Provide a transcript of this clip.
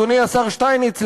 אדוני השר שטייניץ,